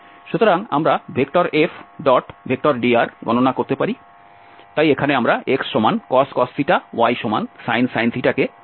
সুতরাং আমরা F⋅drগণনা করতে পারি তাই এখানে আমরা xcos ysin কে প্রতিস্থাপন করব